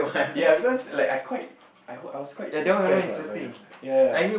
ya because like I quite I I was quite impressed by the ya ya